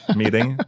meeting